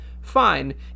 Fine